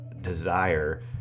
desire